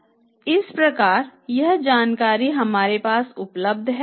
इस प्रकार यह जानकारी हमारे पास उपलब्ध है